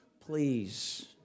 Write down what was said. Please